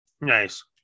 nice